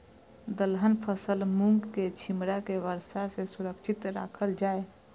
दलहन फसल मूँग के छिमरा के वर्षा में सुरक्षित राखल जाय?